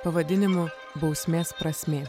pavadinimu bausmės prasmė